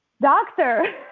doctor